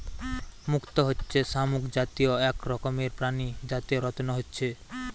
মুক্ত হচ্ছে শামুক জাতীয় এক রকমের প্রাণী যাতে রত্ন হচ্ছে